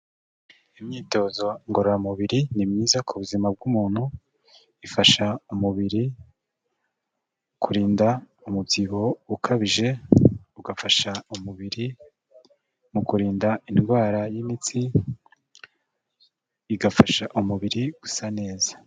Imyitozo ngororamubiri ni myiza ku buzima bw'umuntu, ifasha umubiri kurinda umubyibuho ukabije, igafasha umubiri mu kurinda indwara y'imitsi, igafasha umubiri gusa neza.